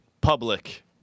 public